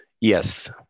Yes